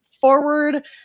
forward